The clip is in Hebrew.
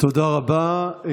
תודה רבה.